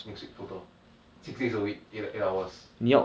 next week total six days a week eight eight hours